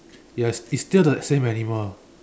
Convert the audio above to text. ya it's still the same animal